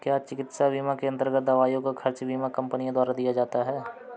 क्या चिकित्सा बीमा के अन्तर्गत दवाइयों का खर्च बीमा कंपनियों द्वारा दिया जाता है?